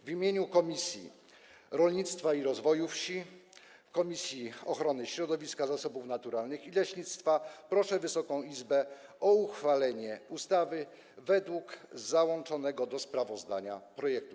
W imieniu Komisji Rolnictwa i Rozwoju Wsi oraz Komisji Ochrony Środowiska, Zasobów Naturalnych i Leśnictwa proszę Wysoką Izbę o uchwalenie ustawy według załączonego do sprawozdania projektu.